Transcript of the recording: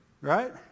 Right